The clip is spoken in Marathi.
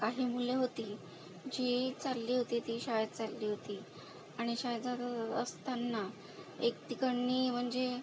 काही मुलं होती जी चालली होती ती शाळेत चालली होती आणि शाळेत जात असताना एक तिकडनी म्हणजे